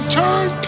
turn